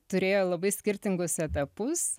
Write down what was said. turėjo labai skirtingus etapus